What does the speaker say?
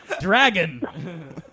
Dragon